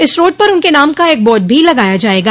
इस रोड पर उनके नाम का एक बार्ड भी लगाया जायेगा